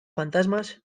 fantasmas